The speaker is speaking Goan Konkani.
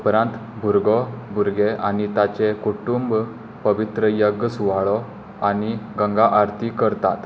उपरांत भुरगो भुरगें आनी ताचें कुटुंब पवित्र यज्ञ सुवाळो आनी गंगा आरती करतात